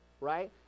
right